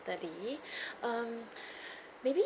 ~terday um maybe